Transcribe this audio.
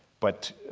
but